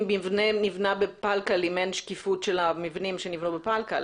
מבנה נבנה בפלקל אם אין שקיפות של המבנים שנבנו בפלקל?